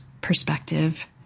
perspective